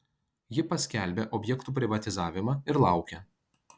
ji paskelbia objektų privatizavimą ir laukia